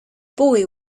boy